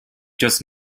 just